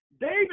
David